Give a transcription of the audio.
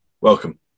welcome